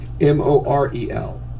M-O-R-E-L